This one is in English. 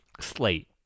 slate